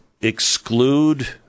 exclude